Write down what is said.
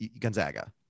Gonzaga